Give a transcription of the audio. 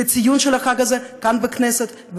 בציון של החג הזה כאן בכנסת,